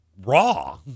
raw